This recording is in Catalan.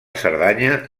cerdanya